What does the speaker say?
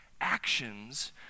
actions